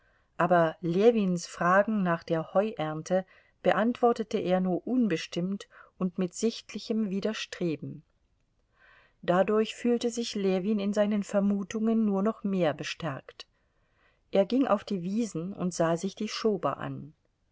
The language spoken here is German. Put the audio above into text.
aber ljewins fragen nach der heuernte beantwortete er nur unbestimmt und mit sichtlichem widerstreben dadurch fühlte sich ljewin in seinen vermutungen nur noch mehr bestärkt er ging auf die wiesen und sah sich die schober an